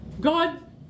God